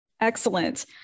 Excellent